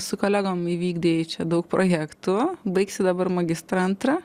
su kolegom įvykdei čia daug projektų baigsi dabar magistrantrą